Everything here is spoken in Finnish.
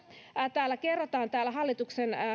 täällä hallituksen